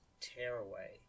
Tearaway